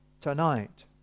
tonight